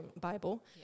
Bible